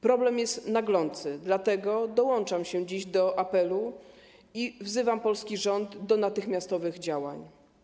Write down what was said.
Problem jest naglący, dlatego dołączam dziś do tego apelu i wzywam polski rząd do natychmiastowych działań.